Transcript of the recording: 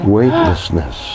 Weightlessness